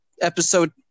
episode